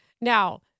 now